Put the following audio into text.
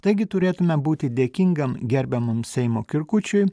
taigi turėtume būti dėkingam gerbiamam seimo kirkučiui